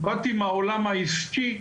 באתי מהעולם העסקי.